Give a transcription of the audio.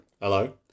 Hello